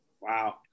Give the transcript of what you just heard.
Wow